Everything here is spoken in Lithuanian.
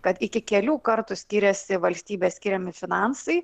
kad iki kelių kartų skiriasi valstybės skiriami finansai